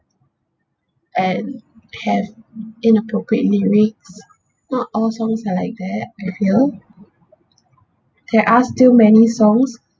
and have inappropriate lyrics not all songs are like that I feel there are still many songs